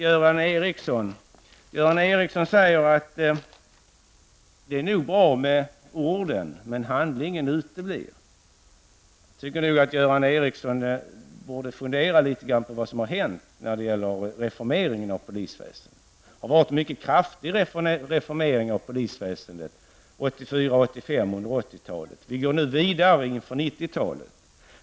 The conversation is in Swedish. Göran Ericsson säger att det nog är bra med ord men att handling uteblir. Jag tycker att Göran Ericsson litet grand borde fundera på det som har hänt när det gäller reformeringen av polisväsendet. Det har varit en kraftig reformering av polisväsendet under 80-talet. Nu går vi vidare under 90-talet.